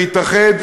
להתאחד,